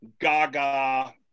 Gaga